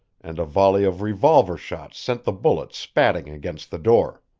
and a volley of revolver shots sent the bullets spatting against the door.